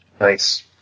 Nice